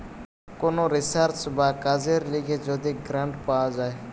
কোন রিসার্চ বা কাজের লিগে যদি গ্রান্ট পাওয়া যায়